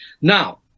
now